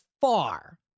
far